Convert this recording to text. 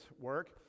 work